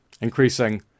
increasing